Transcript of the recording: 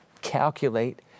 calculate